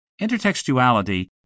Intertextuality